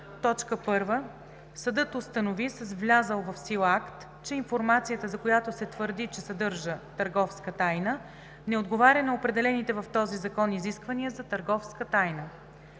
когато: 1. съдът установи с влязъл в сила акт, че информацията, за която се твърди, че съдържа търговска тайна, не отговаря на определените в този закон изисквания за търговска тайна;